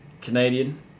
Canadian